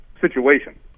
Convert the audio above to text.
situation